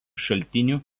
šaltinių